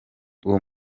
uwo